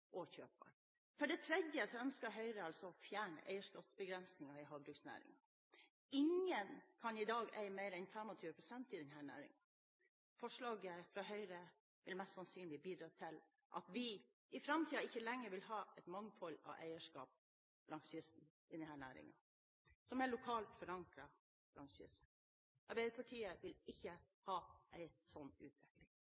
For det tredje ønsker Høyre å fjerne eierskapsbegrensningene i havbruksnæringen. Ingen kan i dag eie mer enn 25 pst. i denne næringen. Forslaget fra Høyre vil mest sannsynlig bidra til at vi i framtiden ikke lenger vil ha et mangfold av eierskap i denne næringen som er lokalt forankret langs kysten. Arbeiderpartiet vil